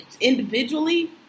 individually